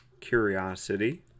Curiosity